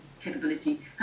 capability